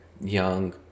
Young